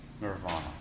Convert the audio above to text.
nirvana